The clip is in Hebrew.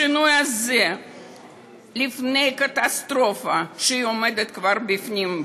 השינוי הזה לפני קטסטרופה שעומדת כבר בפנים,